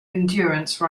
endurance